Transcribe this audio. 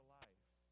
life